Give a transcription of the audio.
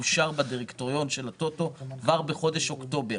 מאושר בדירקטוריון של הטוטו כבר בחודש אוקטובר.